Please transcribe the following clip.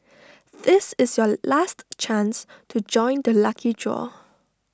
this is your last chance to join the lucky draw